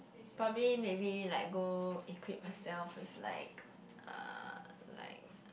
probably maybe like go equip myself with like uh like